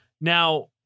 now